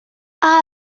ale